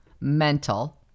mental